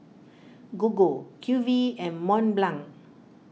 Gogo Q V and Mont Blanc